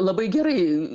labai gerai